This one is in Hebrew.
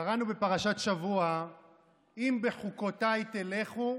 קראנו בפרשת השבוע "אם בְּחֻקֹתַי תלכו,